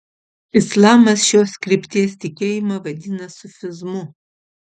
islamas šios krypties tikėjimą vadina sufizmu